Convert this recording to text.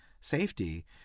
safety